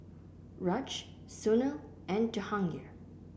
Raj Sunil and Jehangirr